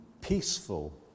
peaceful